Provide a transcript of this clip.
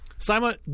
Simon